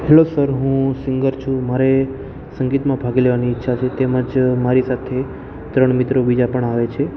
hello sir હું singer છું મારે સંગીતમાં ભાગ લેવાની ઈચ્છા છે તેમજ મારી સાથે ત્રણ મિત્રો બીજા પણ આવે છે